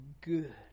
good